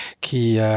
qui